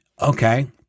Okay